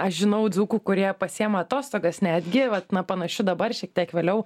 aš žinau dzūkų kurie pasiima atostogas netgi vat na panašiu dabar šiek tiek vėliau